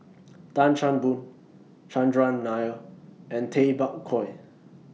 Tan Chan Boon Chandran Nair and Tay Bak Koi